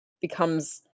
becomes